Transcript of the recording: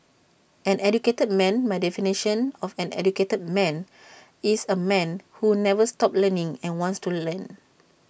an educated man my definition of an educated man is A man who never stops learning and wants to learn